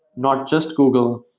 not just google.